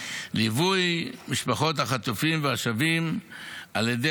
ליווי משפחות החטופים והשבים על ידי